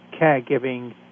caregiving